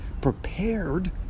prepared